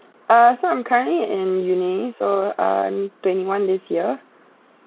uh so I'm currently in uni so I'm twenty-one this year